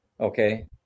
okay